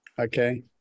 Okay